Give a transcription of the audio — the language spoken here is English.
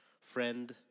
friend